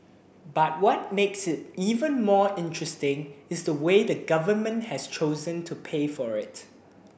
but what makes it even more interesting is the way the government has chosen to pay for it